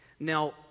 Now